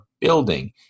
building